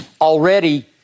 already